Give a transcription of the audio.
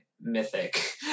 mythic